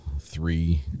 three